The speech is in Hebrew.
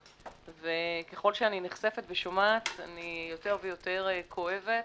ככל שאני נחשפת ושומעת, אני יותר ויותר כואבת